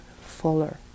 fuller